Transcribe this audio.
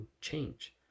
change